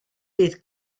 bydd